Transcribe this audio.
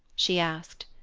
she asked.